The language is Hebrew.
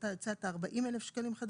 אתה הצעת 40,000 שקלים,